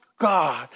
God